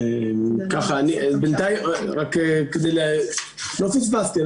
לא פספסתי.